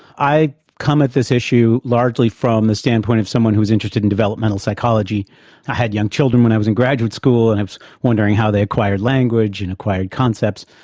i come at this issue largely from the standpoint of someone who is interested in developmental psychology. i had young children when i was in graduate school and i was wondering how they acquired language and acquired concepts,